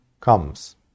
comes